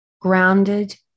Grounded